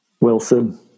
Wilson